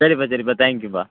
சரிப்பா சரிப்பா தேங்க்யூப்பா